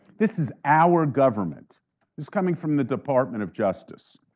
this is our government is coming from the department of justice.